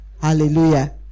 Hallelujah